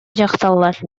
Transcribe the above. дьахталлар